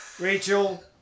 Rachel